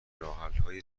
راهحلهای